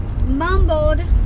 mumbled